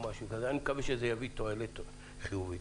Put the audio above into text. אני מקווה שזה יביא תועלת חיובית.